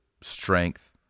strength